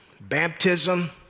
Baptism